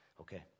okay